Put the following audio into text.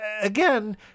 again